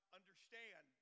understand